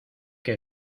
que